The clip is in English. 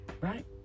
right